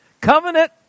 Covenant